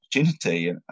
opportunity